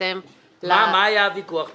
מה היה הוויכוח ביניהם?